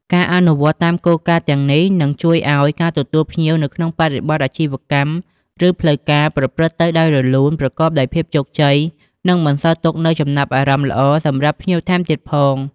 ការអនុវត្តតាមគោលការណ៍ទាំងនេះ នឹងជួយឲ្យការទទួលភ្ញៀវនៅក្នុងបរិបទអាជីវកម្ម ឬផ្លូវការ ប្រព្រឹត្តទៅដោយរលូន ប្រកបដោយភាពជោគជ័យ និងបន្សល់ទុកនូវចំណាប់អារម្មណ៍ល្អសម្រាប់ភ្ញៀវថែមទៀតផង។